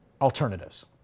alternatives